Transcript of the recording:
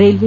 railway